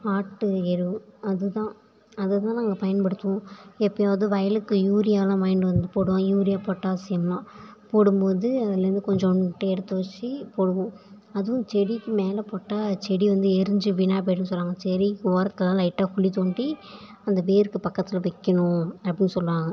ஆட்டு எரு அதுதான் அதை தான் நாங்கள் பயன்படுத்துவோம் எப்போயாவது வயலுக்கு யூரியாவெலாம் வாங்கிட்டு வந்து போடுவோம் யூரியா பொட்டாசியம்லாம் போடும்போது அதிலேருந்து கொஞ்சூண்டு எடுத்து வச்சு போடுவோம் அதுவும் செடிக்கு மேல போட்டால் செடி வந்து எரிஞ்சு வீணாக போய்விடும் சொல்லுவாங்க செடிக்கு ஓரத்திலலாம் லைட்டாக குழி தோண்டி அந்த வேருக்கு பக்கத்தில் வைக்கணும் அப்படின்னு சொல்லுவாங்க